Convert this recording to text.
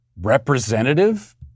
representative